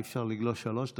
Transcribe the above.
אי-אפשר לגלוש שלוש דקות.